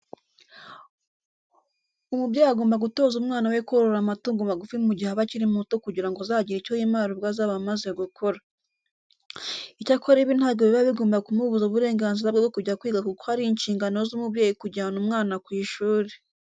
Umubyeyi agomba gutoza umwana we korora amatungo magufi mu gihe aba akiri muto kugira ngo azagire icyo yimarira ubwo azaba amaze gukura. Icyakora ibi ntabwo biba bigomba kumubuza uburenganzira bwe bwo kujya kwiga kuko ari inshingano z'umubyeyi kujyana umwana ku ishuri.